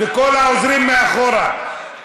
וכל העוזרים מאחורה,